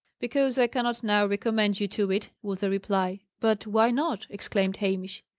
because i cannot now recommend you to it, was the reply. but why not? exclaimed hamish.